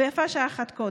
ויפה שעה אחת קודם.